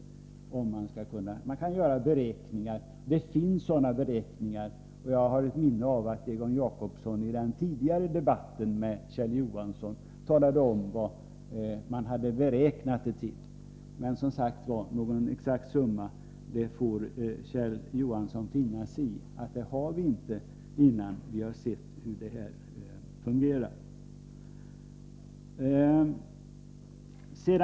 Man kan naturligtvis göra beräkningar — det finns sådana gjorda — och jag har ett minne av att Egon Jacobsson i en tidigare debatt med Kjell Johansson talade om vad man beräknat dessa skatteinkomster till. Men Kjell Johansson får som sagt finna sig i att vi inte kan ange någon exakt summa, innan vi sett hur det hela fungerar.